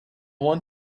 want